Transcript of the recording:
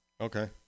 okay